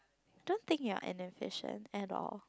don't think you're inefficient at all